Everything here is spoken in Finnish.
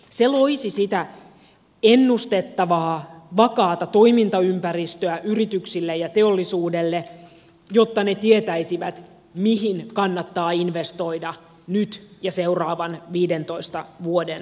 se loisi sitä ennustettavaa vakaata toimintaympäristöä yrityksille ja teollisuudelle jotta ne tietäisivät mihin kannattaa investoida nyt ja seuraavan viidentoista vuoden aikana